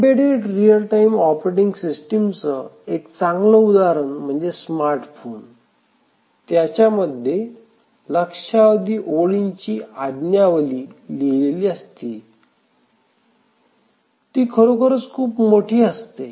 embedded real time operating सिस्टिमच एक चांगलं उदाहरण म्हणजे स्मार्ट फोन त्याच्यामध्ये लक्षावधी ओळींची आज्ञावली program code लिहिलेली असते ती खरोखरच खूप मोठी असते